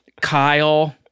Kyle